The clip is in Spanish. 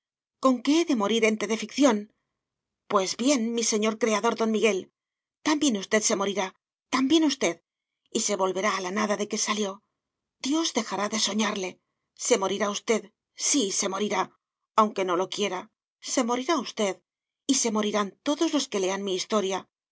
quiere conque he de morir ente de ficción pues bien mi señor creador don miguel también usted se morirá también usted y se volverá a la nada de que salió dios dejará de soñarle se morirá usted sí se morirá aunque no lo quiera se morirá usted y se morirán todos los que lean mi historia